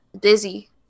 Busy